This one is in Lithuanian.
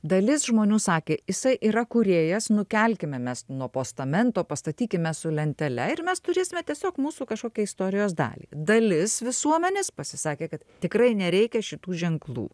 dalis žmonių sakė jisai yra kūrėjas nukelkime mes nuo postamento pastatykime su lentele ir mes turėsime tiesiog mūsų kažkokią istorijos dalį dalis visuomenės pasisakė kad tikrai nereikia šitų ženklų